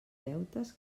deutes